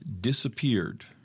disappeared